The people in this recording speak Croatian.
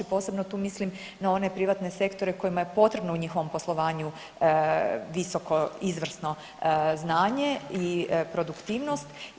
Posebno tu mislim na one privatne sektore kojima je potrebno u njihovom poslovanju visoko, izvrsno znanje i produktivnost.